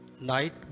night